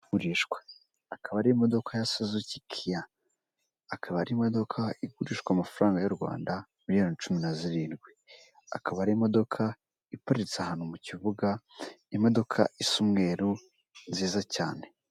Igurishwa akaba ari imodoka ya suzuki kiya, akaba ari imodoka igurishwa amafaranga y'u Rwanda miliyoni cumi na zirindwi, akaba ari imodoka iparitse ahantu mu kibuga imodoka isa umweru nziza cyane.